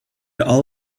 all